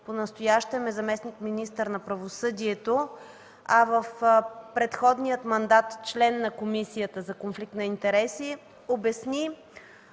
понастоящем е заместник-министър на правосъдието, а в предходния мандат – член на Комисията за конфликт на интереси, обясни